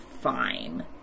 fine